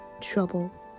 trouble